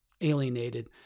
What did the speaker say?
alienated